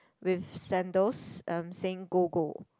with sandals um saying go go